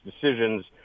decisions